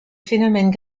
phénomènes